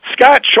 Scott